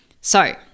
So-